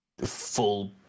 full